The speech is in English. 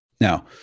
Now